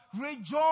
rejoice